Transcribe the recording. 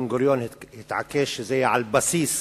בן-גוריון התעקש שזה יהיה על בסיס